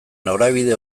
norabide